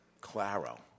Claro